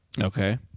Okay